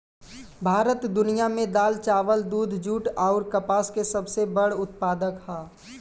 भारत दुनिया में दाल चावल दूध जूट आउर कपास के सबसे बड़ उत्पादक ह